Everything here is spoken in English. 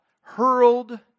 hurled